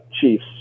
chiefs